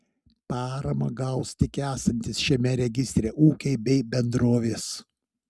paramą gaus tik esantys šiame registre ūkiai bei bendrovės